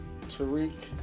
Tariq